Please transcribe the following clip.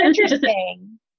interesting